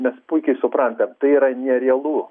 mes puikiai suprantam tai yra nerealu